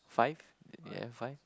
five d~ do you have five